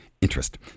interest